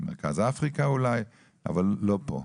במרכז אפריקה, אולי אבל לא פה.